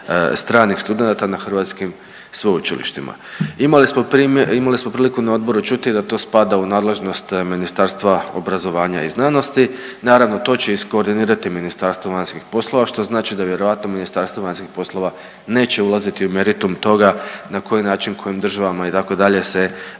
stranih studenata na hrvatskim sveučilištima. Imali smo priliku na odboru čuti da to spada u nadležnost Ministarstva obrazovanja i znanosti. Naravno to će iskoordinirati Ministarstvo vanjskih poslova što znači da vjerojatno Ministarstvo vanjskih poslova neće ulaziti u meritum toga na koji način, kojim državama itd. se